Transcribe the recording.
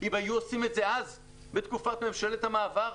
אם היו עושים את זה אז בתקופת ממשלת המעבר,